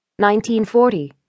1940